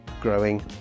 growing